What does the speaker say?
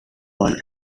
one